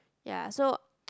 ya so